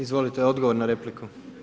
Izvolite odgovor na repliku.